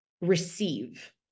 receive